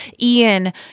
Ian